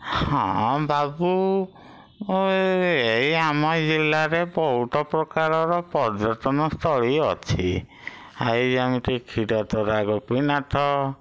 ହଁ ବାବୁ ଏଇ ଆମ ଜିଲ୍ଲାରେ ବହୁତ ପ୍ରକାରର ପର୍ଯ୍ୟଟନସ୍ଥଳୀ ଅଛି ଏଇ ଯେମିତି କ୍ଷୀରଚୋରା ଗୋପୀନାଥ